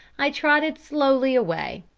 i trotted slowly away.